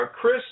Chris